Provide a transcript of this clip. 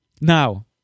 Now